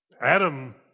Adam